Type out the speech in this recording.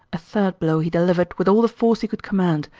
a third blow he delivered with all the force he could command,